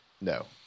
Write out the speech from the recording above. No